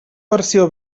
versió